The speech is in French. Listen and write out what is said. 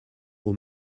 aux